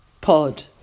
Pod